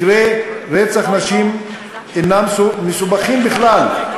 מקרי רצח נשים שאינם מסובכים בכלל,